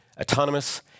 autonomous